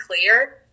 clear